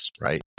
Right